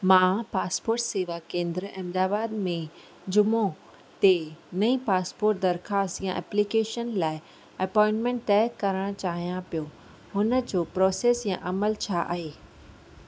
मां पासपोर्ट सेवा केंद्र अहमदाबाद में जुमो ते नई पासपोर्ट दरख़्वास्त एप्लीकेशन लाइ अपॉइंटमेंट तइ करणु चाहियां पियो हुन जो प्रोसेस या अमल छा आहे